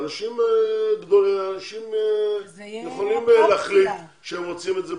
ואנשים יכולים להחליט ככה.